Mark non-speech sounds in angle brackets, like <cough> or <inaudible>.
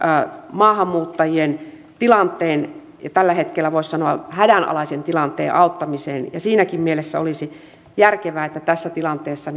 maahanmuuttajien tilanteen ja tällä hetkellä voisi sanoa hädänalaisen tilanteen auttamiseen siinäkin mielessä olisi järkevää että tässä tilanteessa <unintelligible>